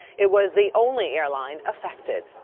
it was the only airline affected.